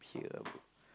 okay ah bro